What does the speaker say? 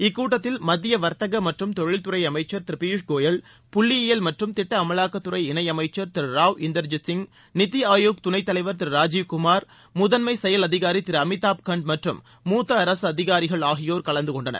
இக்கூட்டத்தில் மத்திய வர்த்தக மற்றும் தொழில்துறை அமைச்சர் திரு பியூஷ் கோயல் புள்ளியியல் மற்றும் திட்ட அமலாக்கத்துறை இணையமைச்சர் திரு ராவ் இந்தர்ஜித் சிங் நித்தி ஆயோக் துணைத்தலைவர் திரு ராஜீவ் குமார் முதன்மை செயல் அதிகாரி திரு அமிதாப் கன்ட் மற்றும் மூத்த அரசு அதிகாரிகள் ஆகியோர் கலந்து கொண்டனர்